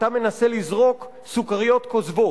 אתה מנסה לזרוק סוכריות כוזבות.